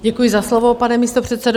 Děkuji za slovo, pane místopředsedo.